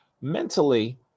mentally